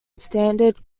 standard